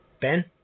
Ben